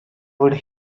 would